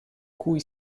cui